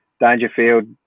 Dangerfield